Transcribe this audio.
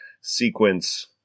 sequence